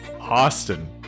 Austin